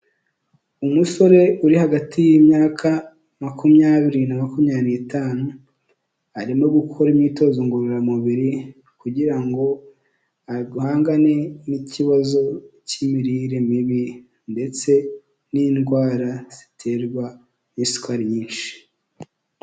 Umusore uri hagati y'imyaka makumyabiri na makumyabiri n'itanu arimo gukora imyitozo ngororamubiri kugira ngo ahangane n'ikibazo cy'imirire mibi ndetse n'indwara ziterwa n'isukari nyinshi.